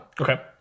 Okay